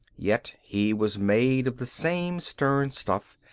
yet he was made of the same stern stuff,